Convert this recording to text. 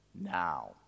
now